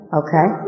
okay